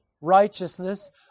righteousness